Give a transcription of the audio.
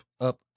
up